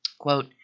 Quote